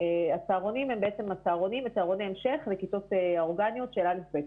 הצהרונים הם בעצם הצהרונים וצהרוני המשך לכיתות האורגניות של א'-ב'.